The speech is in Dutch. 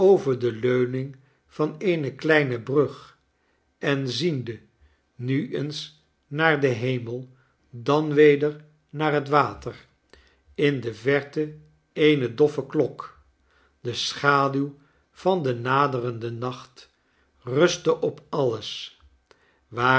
over de leuning van eene klekie brug en ziende nu eens naar den hemel dan weder naar het water in de verte eene doffe klok de schaduw van den naderenden nacht rustte op alles ware